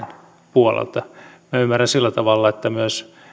puolelta minä ymmärrän sillä tavalla että myös